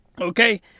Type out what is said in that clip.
okay